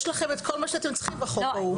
לכם את כל מה שאתם צריכים בחוק ההוא.